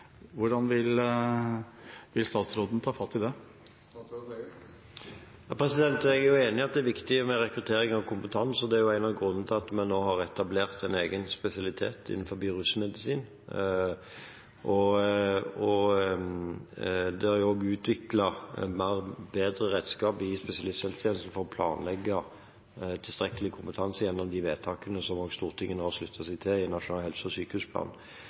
Jeg er enig i at det er viktig med rekruttering av kompetanse, og det er en av grunnene til at vi nå har etablert en egen spesialitet innenfor rusmedisin, og det er også utviklet bedre redskap i spesialisthelsetjenesten for å planlegge tilstrekkelig kompetanse gjennom de vedtakene som Stortinget nå har sluttet seg til i forbindelse med Nasjonal helse- og sykehusplan.